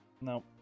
no